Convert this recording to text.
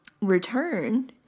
return